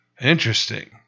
Interesting